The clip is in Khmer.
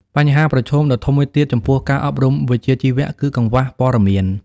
បញ្ហាប្រឈមដ៏ធំមួយទៀតចំពោះការអប់រំវិជ្ជាជីវៈ គឺកង្វះព័ត៌មាន។